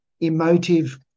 emotive